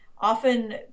Often